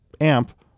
amp